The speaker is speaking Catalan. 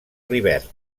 rivert